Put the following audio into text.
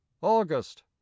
August